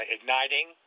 igniting